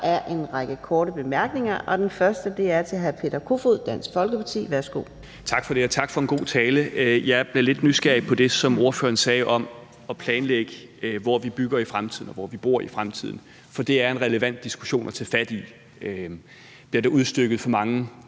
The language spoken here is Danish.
Der er en række korte bemærkninger, og den første er til hr. Peter Kofod, Dansk Folkeparti. Værsgo. Kl. 09:40 Peter Kofod (DF): Tak for det, og tak for en god tale. Jeg blev lidt nysgerrig på det, som ordføreren sagde om at planlægge, hvor vi bygger i fremtiden, og hvor vi bor i fremtiden, for det er en relevant diskussion at tage fat i. Der bliver udstykket for mange